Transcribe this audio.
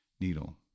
needle